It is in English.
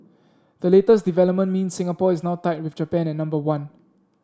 the latest development means Singapore is now tied with Japan at number one